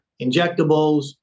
injectables